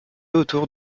autour